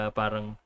parang